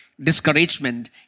discouragement